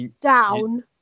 down